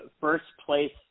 first-place